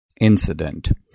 incident